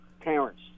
parents